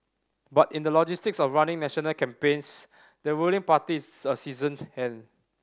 but in the logistics of running national campaigns the ruling party is a seasoned hand